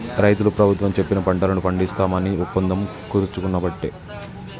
రైతులు ప్రభుత్వం చెప్పిన పంటలను పండిస్తాం అని ఒప్పందం కుదుర్చుకునబట్టే